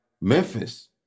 Memphis